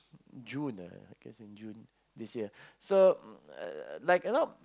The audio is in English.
June ah I guess in June this year so like a lot